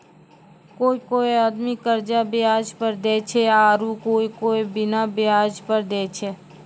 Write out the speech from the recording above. कोय कोय आदमी कर्जा बियाज पर देय छै आरू कोय कोय बिना बियाज पर देय छै